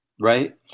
right